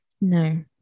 no